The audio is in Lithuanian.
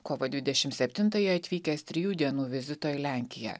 kovo dvidešim septintąją atvykęs trijų dienų vizito į lenkiją